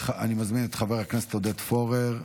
אני מזמין את חבר הכנסת עודד פורר.